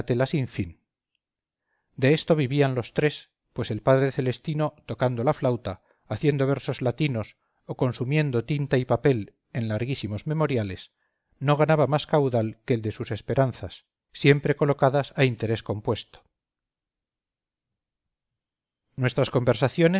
sin fin de esto vivían los tres pues el padre